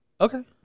Okay